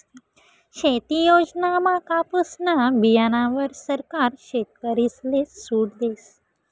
शेती योजनामा कापुसना बीयाणावर सरकार शेतकरीसले सूट देस